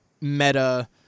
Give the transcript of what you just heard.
meta